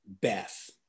Beth